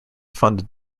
funded